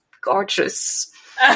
gorgeous